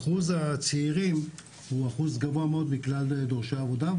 אחוז הצעירים הוא אחוז גבוה מאוד מכלל דורשי העבודה,